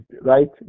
right